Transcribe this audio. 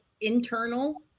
internal